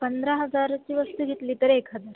पंधरा हजाराची वस्तू घेतली तर एक हजार